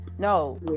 No